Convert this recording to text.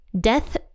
Death